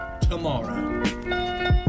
tomorrow